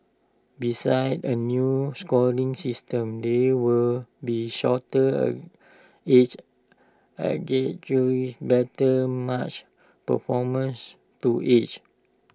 besides A new scoring system there will be shorter age better match performance to age